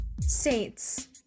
Saints